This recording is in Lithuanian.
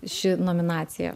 ši nominacija